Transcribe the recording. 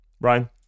Ryan